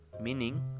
meaning